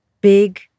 big